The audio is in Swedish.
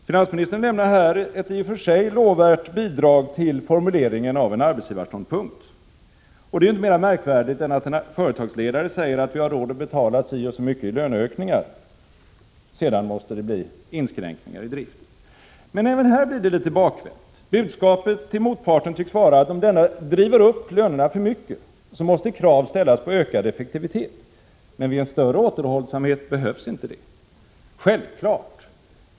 Finansministern lämnade här ett i och för sig lovvärt bidrag till formuleringen av en arbetsgivarståndpunkt. Det är inte mycket mera märkvärdigt än att en företagsledare säger att vi har råd att betala si eller så mycket i löneökningar — sedan måste det bli inskränkningar i driften. Men även här blir det litet bakvänt. Budskapet till motparten tycks vara, att om denna driver upp lönerna för mycket, måste krav ställas på ökad effektivitet, men vid större återhållsamhet behövs inte detta.